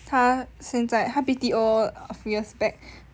她现在她 B_T_O a few years back then